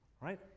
right